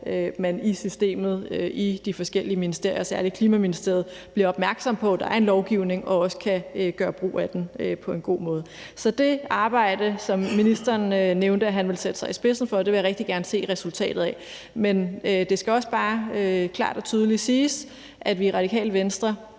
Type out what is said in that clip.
man i systemet i de forskellige ministerier, særlig Klima-, Energi- og Forsyningsministeriet, bliver opmærksom på, at der er en lovgivning, som man også kan gøre brug af på en god måde. Så det arbejde, som ministeren nævnte han ville sætte sig i spidsen for, vil jeg rigtig gerne se resultatet af. Men det skal også bare klart og tydeligt siges, at vi i Radikale Venstre